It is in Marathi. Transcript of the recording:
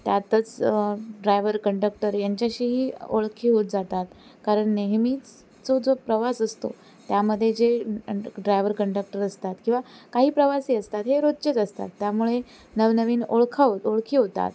त्यातच ड्रायवर कंडक्टर यांच्याशीही ओळखी होत जातात कारण नेहमीच जो जो प्रवास असतो त्यामध्ये जे ड्रायवर कंडक्टर असतात किंवा काही प्रवासी असतात हे रोजचेच असतात त्यामुळे नवनवीन ओळखी ओ ओळखी होतात